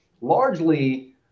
largely